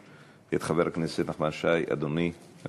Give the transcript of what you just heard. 3089, 3090,